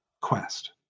quest